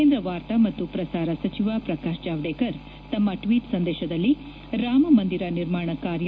ಕೇಂದ್ರ ವಾರ್ತಾ ಮತ್ತು ಪ್ರಸಾರ ಸಚಿವ ಪ್ರಕಾಶ್ ಜಾವಡೇಕರ್ ತಮ್ಮ ಟ್ವಿಟ್ ಸಂದೇಶದಲ್ಲಿ ರಾಮಮಂದಿರ ನಿರ್ಮಾಣ ಕಾರ್